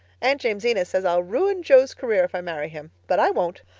aunt jamesina says i'll ruin jo's career if i marry him. but i won't.